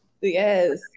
Yes